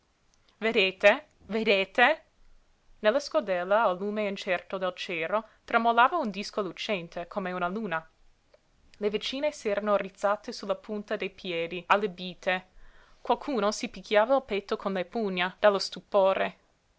vedete vedete nella scodella al lume incerto del cero tremolava un disco lucente come una luna le vicine s'erano rizzate sulla punta dei piedi allibite qualcuna si picchiava il petto con le pugna dallo stupore